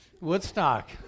Woodstock